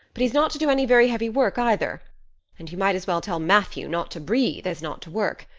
but he's not to do any very heavy work either and you might as well tell matthew not to breathe as not to work.